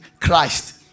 Christ